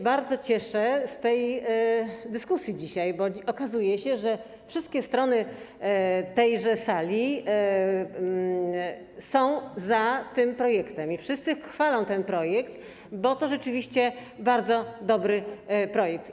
Bardzo się cieszę z tej dyskusji dzisiaj, bo okazuje się, że wszystkie strony tejże sali są za tym projektem i wszyscy go chwalą, bo to rzeczywiście bardzo dobry projekt.